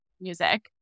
music